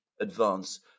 advance